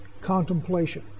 contemplation